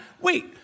Wait